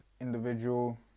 individual